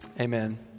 amen